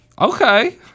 Okay